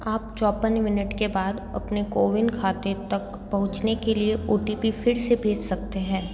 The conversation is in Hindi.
आप चौवन मिनट के बाद अपने कोविन खाते तक पहुँचने के लिए ओ टी पी फिर से भेज सकते हैं